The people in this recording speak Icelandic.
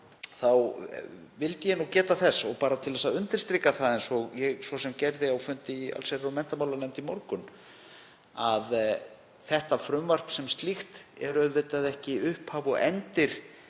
vildi ég geta þess, og bara til að undirstrika það eins og ég svo sem gerði á fundi í allsherjar- og menntamálanefnd í morgun, að þetta frumvarp sem slíkt er auðvitað ekki upphaf og endir